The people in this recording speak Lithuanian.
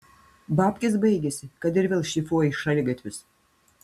babkės baigėsi kad ir vėl šlifuoji šaligatvius